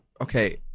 Okay